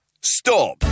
Stop